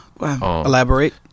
Elaborate